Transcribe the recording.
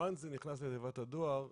פעם שזה נכנס לתיבת הדואר,